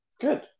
Good